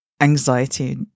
anxiety